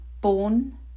born